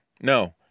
No